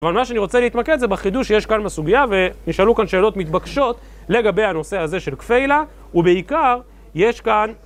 אבל מה שאני רוצה להתמקד, זה בחידוש שיש כאן בסוגיה, ונשאלו כאן שאלות מתבקשות לגבי הנושא הזה של כפיילה ובעיקר יש כאן...